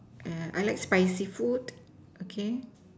and I like spicy food okay